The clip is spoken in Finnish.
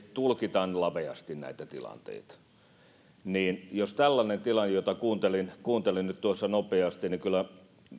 tulkitaan laveasti näitä tilanteita jos on tällainen tilanne jota kuuntelin kuuntelin nyt tuossa nopeasti niin kyllä